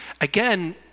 again